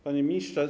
Panie Ministrze!